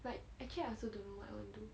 like actually I also don't know what I want to do